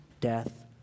death